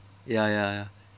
ya ya ya